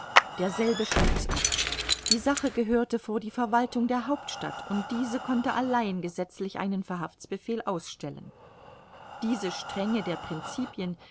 derselbe schlug's ab die sache gehörte vor die verwaltung der hauptstadt und diese konnte allein gesetzlich einen verhaftsbefehl ausstellen diese strenge der principien